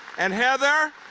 and heather